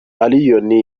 allioni